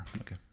Okay